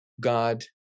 god